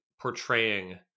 portraying